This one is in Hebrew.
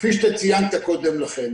כפי שציינת קודם לכן.